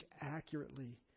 accurately